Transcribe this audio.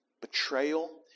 betrayal